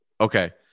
Okay